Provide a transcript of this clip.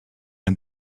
and